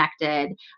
connected